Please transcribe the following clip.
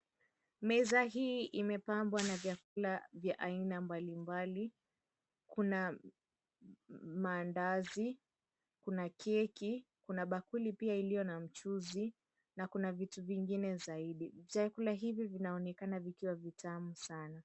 Meza hii imepambwa na vyakula vya aina mbali mbali. Kuna maandazi, kuna keki, kuna bakuli pia iliyo na mchuzi na kuna vitu vingine zaidi. Chakula hivi vinaonekana vikiwa vitamu sana.